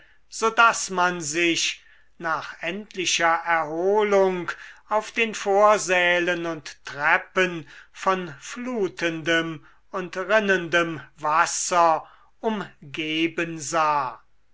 so daß man sich nach endlicher erholung auf den vorsälen und treppen von flutendem und rinnendem wasser umgeben sah